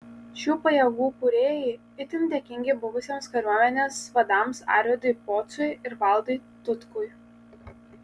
šių pajėgų kūrėjai itin dėkingi buvusiems kariuomenės vadams arvydui pociui ir valdui tutkui